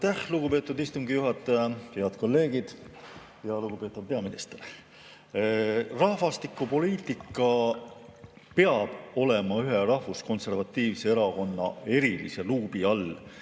Aitäh, lugupeetud istungi juhataja! Head kolleegid! Lugupeetav peaminister! Rahvastikupoliitika peab olema ühe rahvuskonservatiivse erakonna erilise luubi all